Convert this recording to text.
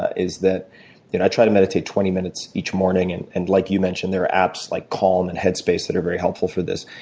ah is that that i try to mediate twenty minutes each morning. and and like you mentioned there are apps, like calm and headspace that are very helpful for this.